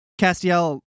Castiel